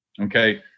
Okay